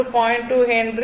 2 Henry